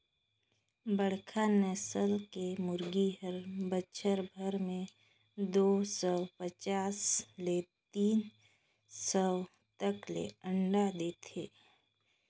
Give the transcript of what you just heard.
बड़खा नसल के मुरगी हर बच्छर भर में दू सौ पचास ले तीन सौ तक ले अंडा देथे